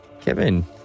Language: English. Kevin